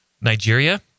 Nigeria